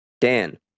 Dan